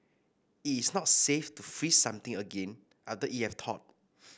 it's not safe to freeze something again after it has thawed